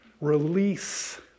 Release